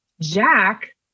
Jack